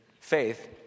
faith